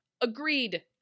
Agreed